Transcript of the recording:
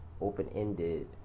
open-ended